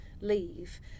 Leave